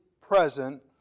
present